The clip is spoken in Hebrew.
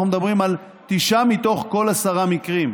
אנחנו מדברים על תשעה מתוך כל עשרה מקרים.